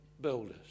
builders